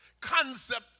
concept